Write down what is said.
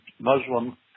Muslim